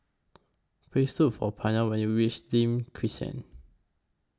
Please Look For Pryor when YOU REACH Nim Crescent